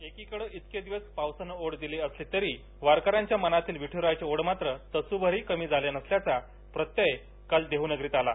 एकीकडे इतके दिवस पावसानं बोढ़ दिली असली तरी वारकर्यांच्या मनातली विठ्रायाची ओढ मात्र तसूभरही कमी झाली नसल्याचा प्रत्यय काल देहूनगरीत आला